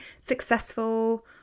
successful